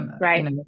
Right